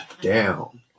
down